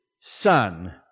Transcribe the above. Son